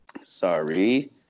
sorry